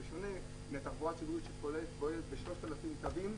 בשונה מהתחבורה הציבורית שפועלת ב-3,000 קווים,